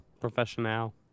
Professional